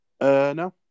no